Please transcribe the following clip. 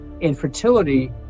infertility